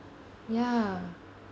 ya